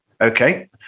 okay